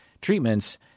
treatments